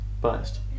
Biased